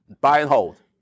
buy-and-hold